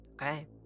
okay